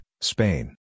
Spain